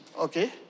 okay